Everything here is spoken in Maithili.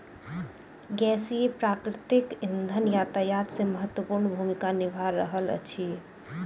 गैसीय प्राकृतिक इंधन यातायात मे महत्वपूर्ण भूमिका निभा रहल अछि